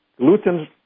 gluten